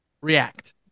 React